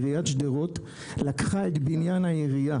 עיריית שדרות לקחה את בניין העירייה